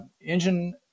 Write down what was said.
engine